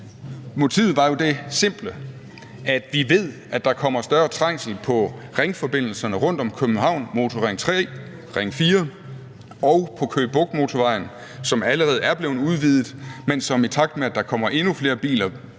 motivet var det simple, at vi ved, at der kommer større trængsel på ringforbindelserne rundt om København – på Motorring 3, på Ring 4 og på Køge Bugt Motorvejen, som allerede er blevet udvidet, men som, i takt med at der kommer endnu flere biler,